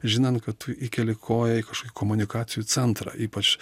žinant kad tu įkelį koją į kažkokį komunikacijų centrą ypač